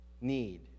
need